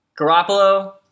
Garoppolo